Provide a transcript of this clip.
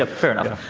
ah fair enough.